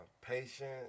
patience